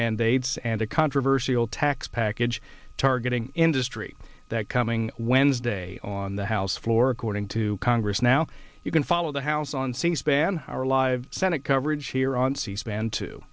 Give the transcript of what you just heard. mandates and a controversial tax package targeting industry that coming wednesday on the house floor according to congress now you can follow the house on c span or live senate coverage here on c span to